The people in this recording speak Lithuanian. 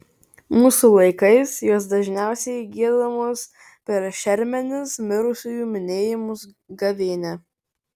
mūsų laikais jos dažniausiai giedamos per šermenis mirusiųjų minėjimus gavėnią